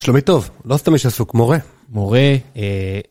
שלומי טוב, לא סתם יש עסוק, מורה. מורה, אה...